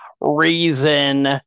reason